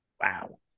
Wow